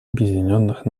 объединенных